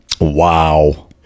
Wow